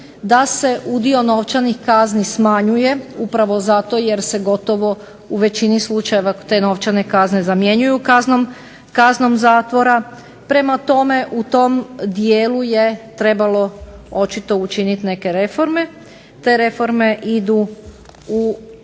da se udio novčanih kazni smanjuje upravo zato jer se gotovo u većini slučajeva te novčane kazne zamjenjuju kaznom zatvora. Prema tome u tom dijelu je trebalo učiniti neke očite reforme, te reforme idu prema